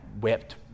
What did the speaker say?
wept